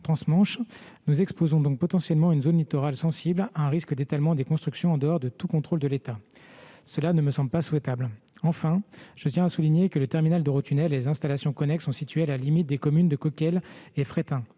nous exposerions potentiellement une zone littorale sensible à un risque d'étalement des constructions en dehors de tout contrôle de l'État. Cela ne me semble pas souhaitable. Enfin, je tiens à souligner que le terminal d'Eurotunnel et les installations connexes sont situés à la limite des communes de Coquelles et de Fréthun,